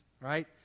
right